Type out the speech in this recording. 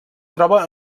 troba